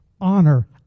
honor